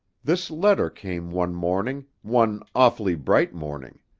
this letter came one morning, one awfully bright morning.